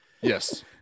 Yes